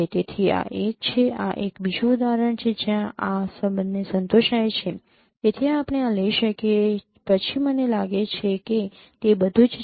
તેથી આ એક છે આ એક બીજું ઉદાહરણ છે જ્યાં આ સંબંધને સંતોષાય છે તેથી આપણે આ લઈ શકીએ પછી મને લાગે છે કે તે બધુ જ છે